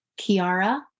Kiara